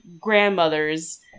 grandmother's